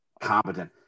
competent